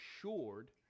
assured